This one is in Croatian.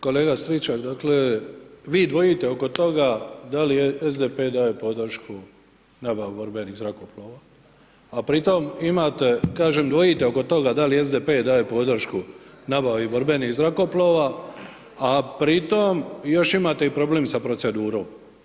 Kolega Stričak, dakle, vi dvojite oko toga da li SDP daje podršku nabavi borbenih zrakoplova, a pri tom imate, kažem, dvojite oko toga da li SDP daje podršku nabavi borbenih zrakoplova, a pri tom još imate problem i sa procedurom.